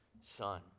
son